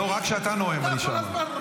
לא, רק כשאתה נואם אני שם.